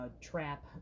trap